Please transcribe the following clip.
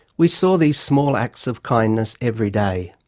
we saw these small acts of kindness every day.